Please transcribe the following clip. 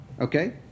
okay